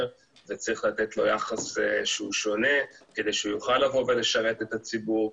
וצריך לתת לו יחס שהוא שונה כדי שהוא יוכל לבוא ולשרת את הציבור.